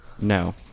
No